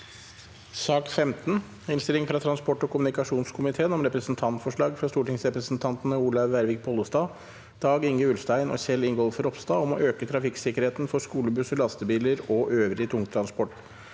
Innstilling fra transport- og kommunikasjonskomi- teen om Representantforslag fra stortingsrepresentan- tene Olaug Vervik Bollestad, Dag-Inge Ulstein og Kjell Ingolf Ropstad om å øke trafikksikkerheten for skolebus- ser, lastebiler og øvrig tungtransport